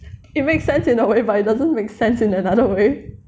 it makes sense in a way but it doesn't make sense in another way